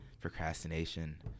procrastination